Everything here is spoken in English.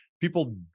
People